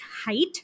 height